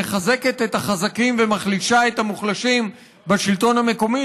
שמחזקת את החזקים ומחלישה את המוחלשים בשלטון המקומי,